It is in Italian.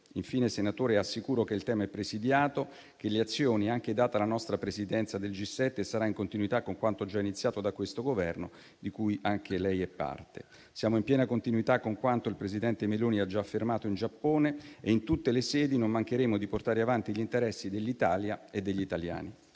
Infine, senatore Borghi, assicuro che il tema è presidiato e che le azioni, anche data la nostra Presidenza del G7, saranno in continuità con quanto già iniziato da questo Governo, della cui maggioranza anche lei è parte. Siamo in piena continuità con quanto il presidente del Consiglio Meloni ha già affermato in Giappone e in tutte le sedi non mancheremo di portare avanti gli interessi dell'Italia e degli italiani.